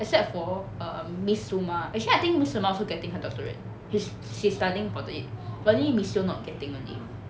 except for um miss tsu ma actually I think miss tsu ma also getting her doctorate she she's studying for it only miss yew not getting only